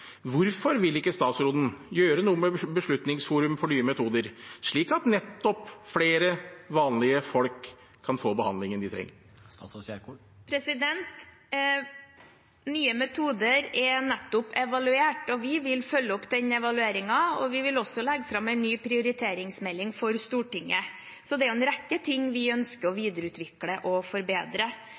Hvorfor vil ikke statsråden gjøre noe med Beslutningsforum for nye metoder, slik at nettopp flere vanlige folk kan få behandlingen de trenger? Nye metoder er nettopp evaluert, og vi vil følge opp den evalueringen. Vi vil også legge fram en ny prioriteringsmelding for Stortinget. Det er en rekke ting vi ønsker å videreutvikle og forbedre.